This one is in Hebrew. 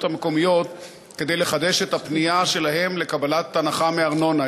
המקומיות כדי לחדש את הפנייה שלהם לקבלת הנחה בארנונה.